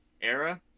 Era